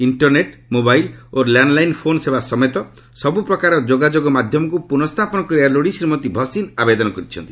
internet mobile ଓ landline phone ସେବା ସମେତ ସବ୍ ପ୍ରକାର ଯୋଗାଯୋଗ ମାଧ୍ୟମକୁ ପୁନଃ ସ୍ଥାପନ କରିବା ଲୋଡ଼ି ଶ୍ରୀମତୀ ଭସିନ୍ ଆବେଦନ କରିଛନ୍ତି